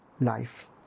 life